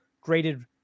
graded